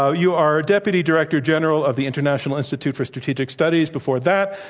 ah you are deputy director general of the international institute for strategic studies. before that,